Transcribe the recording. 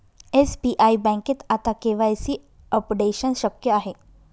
SBI बँकेत आता KYC updation शक्य आहे